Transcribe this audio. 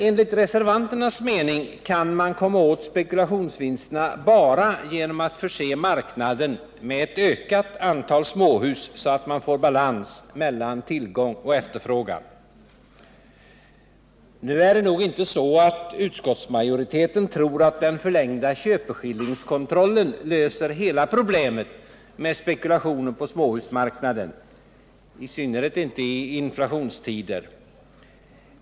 Enligt reservanternas mening kan man komma åt spekulationsvinsterna bara genom att förse marknaden med ett ökat antal småhus, så att man får balans mellan tillgång och efterfrågan. Nu är det nog inte så att utskottsmajoriteten tror att den förlängda köpeskillingskontrollen löser hela problemet med spekulationen på småhusmarknaden, i synnerhet inte i inflationstider.